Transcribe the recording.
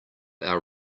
our